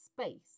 space